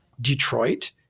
Detroit